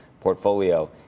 portfolio